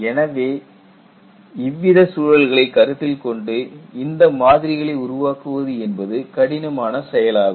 எனவே இவ்வித சூழல்களை கருத்தில் கொண்டு இந்த மாதிரிகளை உருவாக்குவது என்பது கடினமான செயலாகும்